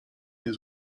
nie